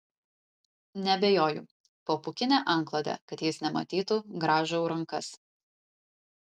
neabejoju po pūkine antklode kad jis nematytų grąžau rankas